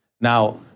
Now